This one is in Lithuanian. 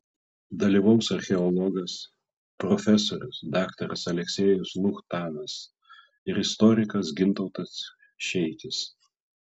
dalyvaus archeologas profesorius daktaras aleksejus luchtanas ir istorikas gintautas šeikis